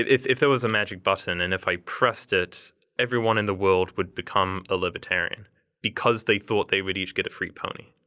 if if there was a magic button and if i pressed it everyone in the world would become a libertarian because they thought they would each get a free pony.